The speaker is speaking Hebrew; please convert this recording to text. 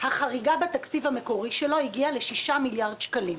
החריגה בתקציב המקורי שלו הגיעה ל-6 מיליארד שקלים.